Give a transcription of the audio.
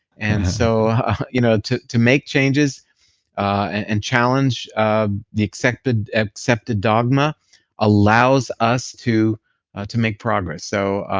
and so you know to to make changes and challenge um the accepted accepted dogma allows us to to make progress. so